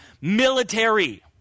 military